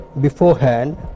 beforehand